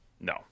No